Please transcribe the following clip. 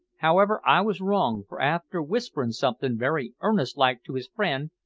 however, i was wrong, for after whisperin' somethin' very earnest-like to his friend,